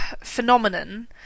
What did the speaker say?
phenomenon